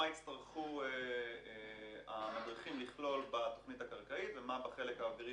מה יצטרכו המדריכים לכלול בתכנית הכלכלית ומה בחלק האווירי